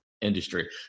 industry